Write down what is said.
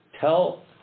tell